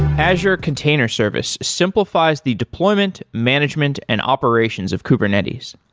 azure container service simplifies the deployment, management and operations of kubernetes.